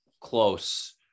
close